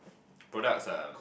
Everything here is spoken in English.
products lah